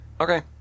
Okay